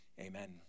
Amen